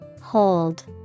Hold